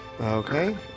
Okay